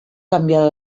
canviar